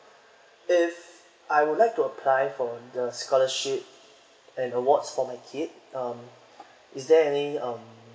if I would like to apply for the scholarship and awards for my kid um is there any um